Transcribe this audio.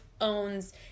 owns